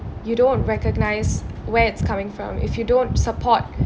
you don't recognise where it's coming from if you don't support